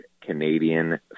canadian